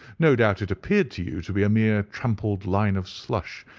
no doubt it appeared to you to be a mere trampled line of slush,